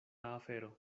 afero